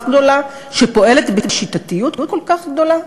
גדולה שפועלת בשיטתיות כל כך גדולה?